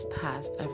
passed